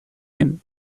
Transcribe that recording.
him